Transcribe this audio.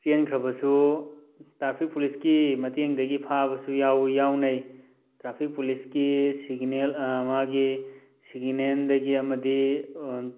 ꯆꯦꯟꯈ꯭ꯔꯕꯁꯨ traffic ꯄꯨꯂꯤꯁꯀꯤ ꯃꯇꯦꯡꯗꯒꯤ ꯐꯥꯕꯁꯨ ꯌꯥꯎꯏ ꯌꯥꯎꯅꯩ ꯇ꯭ꯔꯥꯐꯤꯛ ꯄꯨꯂꯤꯁꯀꯤ ꯁꯤꯒꯤꯅꯦꯜ ꯃꯥꯒꯤ ꯁꯤꯒꯤꯅꯦꯟꯗꯒꯤ ꯑꯃꯗꯤ